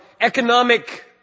economic